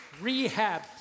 rehab